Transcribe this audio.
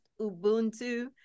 Ubuntu